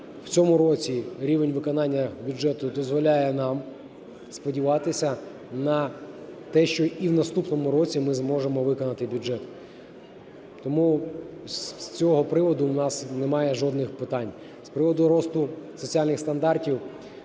У цьому році рівень виконання бюджету дозволяє нам сподіватися на те, що і в наступному році ми зможемо виконати бюджет. Тому з цього приводу в нас немає жодних питань. З приводу росту соціальних стандартів.